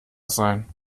sein